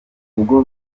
ubwo